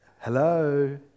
Hello